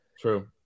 True